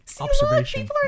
observation